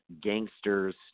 gangsters